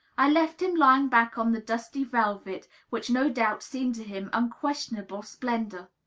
i left him lying back on the dusty velvet, which no doubt seemed to him unquestionable splendor.